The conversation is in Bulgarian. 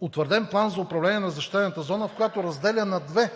утвърден План за управление на защитената зона, която разделя на две